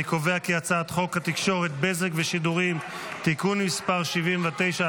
אני קובע כי הצעת חוק התקשורת (בזק ושידורים) (תיקון מס' 79),